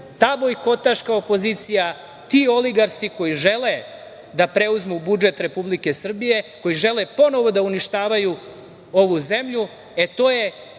Ta bojkotaška opozicija, ti oligarsi koji žele da preuzmu budžet Republike Srbije, koji žele ponovo da uništavaju ovu zemlju, to je